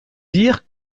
dire